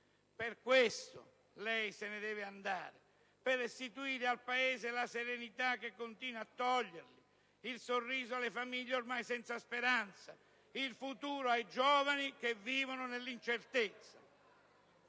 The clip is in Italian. Per questo, lei se ne deve andare: per restituire al Paese la serenità che continua a togliergli, il sorriso alle famiglie ormai senza speranza, il futuro ai giovani che vivono nell'incertezza.